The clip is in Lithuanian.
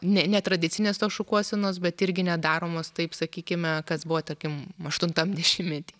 ne netradicinės šukuosenos bet irgi net daromos taip sakykime kas buvo tarkim aštuntam dešimmety